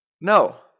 No